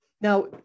now